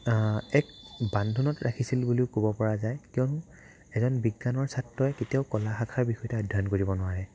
এক বান্ধোনত ৰাখিছিল বুলিও ক'ব পৰা যায় কিয়নো এজন বিজ্ঞানৰ ছাত্ৰই কেতিয়াও ক'লা শাখাৰ বিষয় এটা অধ্যয়ন কৰিব নোৱাৰে